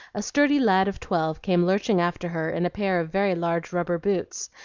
a sturdy lad of twelve came lurching after her in a pair of very large rubber boots,